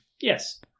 Yes